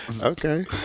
Okay